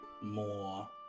more